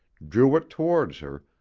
drew it towards her,